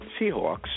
Seahawks